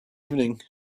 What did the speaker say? evening